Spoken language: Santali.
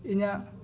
ᱤᱧᱟᱹᱜ